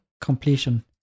completion